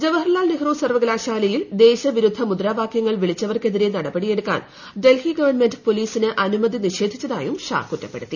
ജവഹർലാൽ നെഹ്റു സർവ്വകലാശാലയിൽ ദേശവിരുദ്ധ മുദ്രാവാകൃങ്ങൾ വിളിച്ചവർക്കെതിരെ നടപടിയെടുക്കാൻ ഡൽഹി ഗവൺമെന്റ് പോലീസിന് അനുമതി നിഷേധിച്ചതായും ഷാ കുറ്റപ്പെടുത്തി